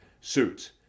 suits